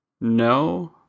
No